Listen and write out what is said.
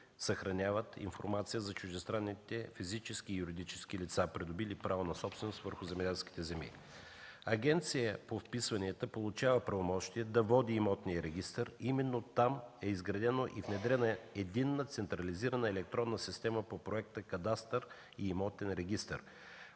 съхраняват информация за чуждестранните физически и юридически лица, придобили право на собственост върху земеделските земи. Агенцията по вписванията получава правомощия да води Имотния регистър. Именно там е изградена и внедрена Единна централизирана електронна система по проекта „Кадастър и имотен регистър”,